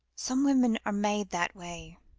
some women are made that way.